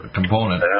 component